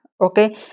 okay